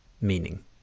meaning